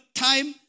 time